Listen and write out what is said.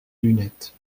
lunettes